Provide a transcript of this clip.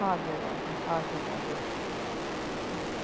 हजुर हजुर हजुर हजुर त्यही त